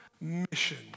mission